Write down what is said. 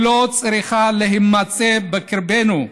שלא צריכה להימצא בקרבנו,